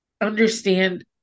understand